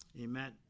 Amen